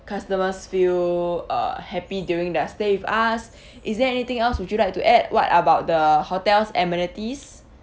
customers feel uh happy during their stay with us is there anything else would you like to add what about the hotel's amenities